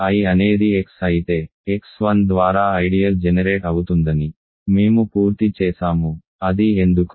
I అనేది x అయితే x1 ద్వారా ఐడియల్ జెనెరేట్ అవుతుందని మేము పూర్తి చేసాము అది ఎందుకు